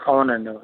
అవునండి అవును